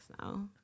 now